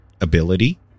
ability